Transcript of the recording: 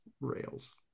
rails